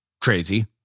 crazy